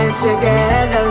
Together